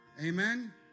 Amen